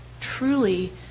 truly